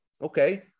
okay